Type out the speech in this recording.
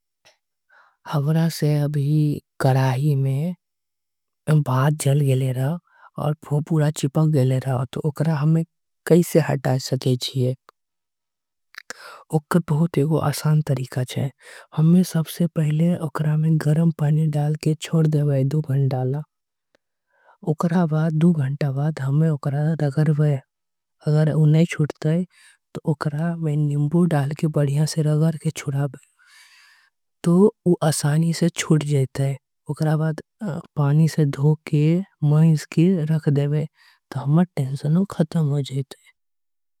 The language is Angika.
हमरा से अभी कढ़ाई में भात जल गए रहल आऊ। चिपक गए रहल त ओकरा के कईसे हटाएं सके जिए। बहुत ही आसान तरीका छे सबसे पहिले ओकरा के। गरम पानी डाल के छोड़ देबे दु घंटा ल ओकर बाद। रड़ग देय ऊ नई छूटते त ओकरा में नींबू डाल के। बढ़िया से छुड़ाबे त ऊ आसानी से छूट जाई ते ओकरा। पानी से धोई के मैस करीके रख देबे त हमर टेंशनो खतम।